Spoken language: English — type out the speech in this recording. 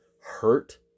hurt